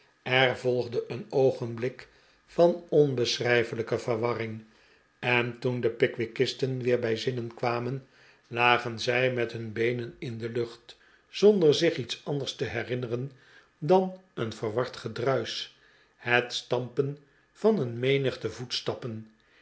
er volgde een oogenblik van onbeschrijfelijke verwarring en toen de pickwickisten weer bij zinnen kwamen lagen zij met hun bee nen in de iucht zonder zich iets anders te herinneren dan een verward gedruisch het stampen van een menigte voetstappen